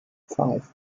five